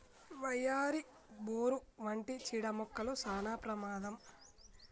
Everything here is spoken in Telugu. వయ్యారి, బోరు వంటి చీడ మొక్కలు సానా ప్రమాదం